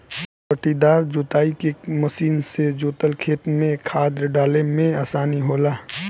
पट्टीदार जोताई के मशीन से जोतल खेत में खाद डाले में आसानी होला